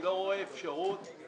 לבוא